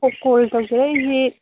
call ꯇꯧꯖꯔꯛꯏꯁꯤ